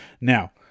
Now